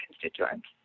constituents